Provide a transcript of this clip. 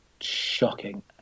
shocking